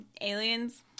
aliens